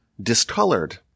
discolored